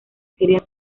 quería